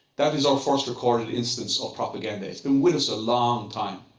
that is our first recorded instance of propaganda. it's been with us a long time.